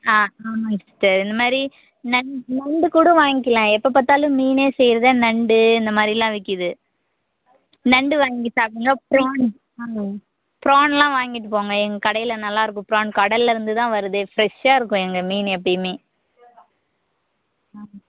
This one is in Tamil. ஆ ஆமாம்ங்க சிஸ்டர் இந்த மாதிரி நண் நண்டு கூடும் வாங்கிக்கலாம் எப்போ பார்த்தாலும் மீனே செய்யிறதை நண்டு இந்த மாதிரிலாம் விற்கிது நண்டு வாங்கி சாப்பிடுங்க பிரான் ஆமாங்க பிரான் எல்லாம் வாங்கிகிட்டு போங்க எங்க கடையில் நல்லா இருக்கும் பிரான் கடலில் இருந்து தான் வருதே ஃப்ரெஷ்ஷாக இருக்கும் எங்கள் மீன் எப்பையுமே ஆமாம்